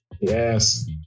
Yes